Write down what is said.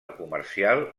comercial